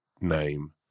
name